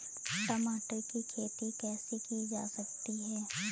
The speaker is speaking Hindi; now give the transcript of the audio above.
टमाटर की खेती कैसे की जा सकती है?